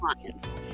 clients